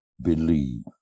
believe